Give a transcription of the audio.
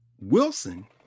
Wilson